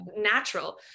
natural